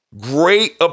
Great